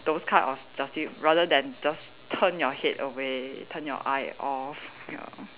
those type of justice rather than just turn your head away turn your eye off ya